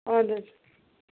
آد حظ